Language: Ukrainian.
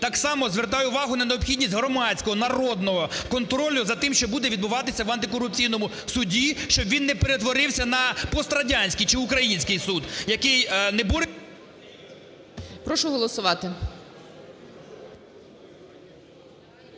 так само звертаю увагу на необхідність громадського народного контролю за тим, що буде відбуватись в антикорупційному суді, щоб він не перетворився на пострадянський чи український суд, який… ГОЛОВУЮЧИЙ. Прошу голосувати.